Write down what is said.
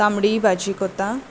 तांबडी भाजी करता